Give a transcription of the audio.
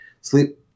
sleep